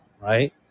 right